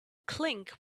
clink